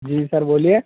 जी sir बोलिए